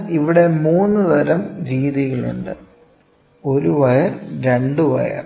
അതിനാൽ ഇവിടെ 3 തരം രീതികളുണ്ട് 1 വയർ 2 വയർ